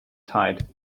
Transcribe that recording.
tide